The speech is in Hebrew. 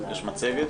שר המשפטים,